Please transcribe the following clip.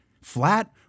flat